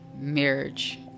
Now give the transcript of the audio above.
marriage